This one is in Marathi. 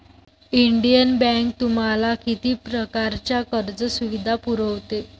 इंडियन बँक तुम्हाला किती प्रकारच्या कर्ज सुविधा पुरवते?